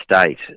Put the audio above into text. state